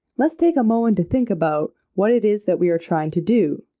let's take a moment to think about what it is that we are trying to do.